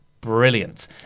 brilliant